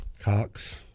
Cox